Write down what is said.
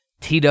TW